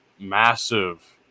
massive –